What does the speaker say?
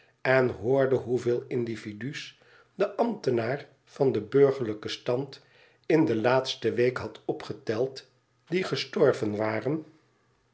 en hoorde hoeveel individu's de ambtenaar van den burgerlijken stand in de laatste week had opgeteld die gestorven waren